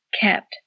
kept